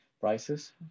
prices